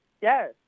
Yes